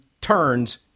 turns